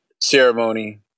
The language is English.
ceremony